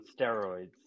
steroids